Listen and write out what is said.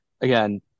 again